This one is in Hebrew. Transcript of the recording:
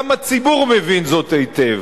גם הציבור מבין זאת היטב,